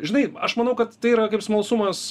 žinai aš manau kad tai yra kaip smalsumas